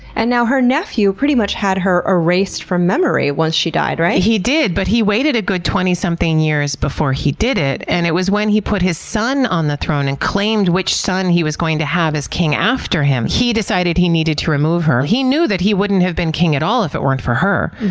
and now, her nephew pretty much had her erased from memory once she died, right? he did, but he waited a good twenty something years before he did it. and it was when he put his son on the throne, and claimed which son he was going to have as king after him, he decided he needed to remove her. he knew that he wouldn't have been king at all if it weren't for her,